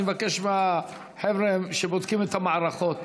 אני מבקש מהחבר'ה שבודקים את המערכות.